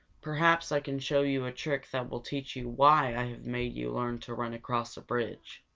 perhaps i can show you a trick that will teach you why i have made you learn to run across the bridge.